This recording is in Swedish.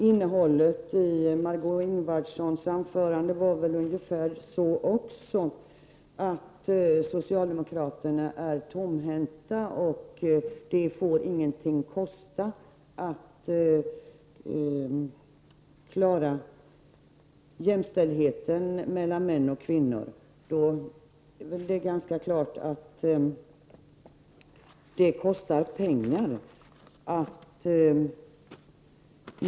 Innehållet i Margö Ingvardssons anförande var ungefär likadant, att socialdemokraterna är tomhänta och att det inte får kosta någonting att klara jämställdheten mellan män och kvinnor. Det är klart att det kostar pengar.